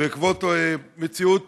בעקבות מציאות